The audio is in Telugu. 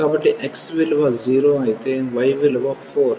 కాబట్టి x విలువ 0 అయితే y విలువ 4